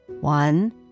One